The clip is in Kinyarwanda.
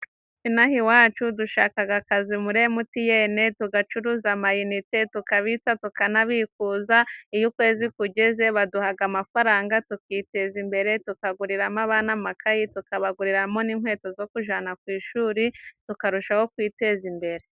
Ino aha iwacu dushakaga akazi murire emutiyene, tugacuruza amayinite, tukabitsa tukanabikuza, iyo ukwezi kugeze baduhaga amafaranga, tukiteza imbere, tukaguriramo abana n'amakayi, tukabaguriramo n'inkweto zo kujana ku ishuri, tukarushaho kwiteza imbere.